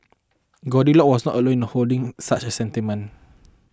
Goldilocks was not alone in holding such a sentiment